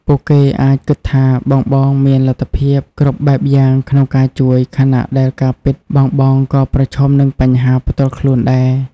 ពួកគេអាចគិតថាបងៗមានលទ្ធភាពគ្រប់បែបយ៉ាងក្នុងការជួយ ខណៈដែលការពិតបងៗក៏ប្រឈមនឹងបញ្ហាផ្ទាល់ខ្លួនដែរ។